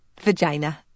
Vagina